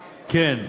כן.